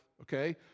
okay